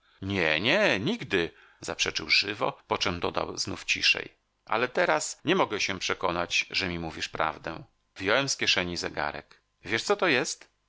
nie nie nigdy zaprzeczył żywo poczem dodał znów ciszej ale teraz nie mogę się przekonać że mi mówisz prawdę wyjąłem z kieszeni zegarek wiesz co to jest